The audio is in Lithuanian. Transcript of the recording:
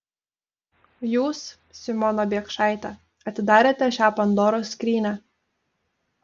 jūs simona biekšaite atidarėte šią pandoros skrynią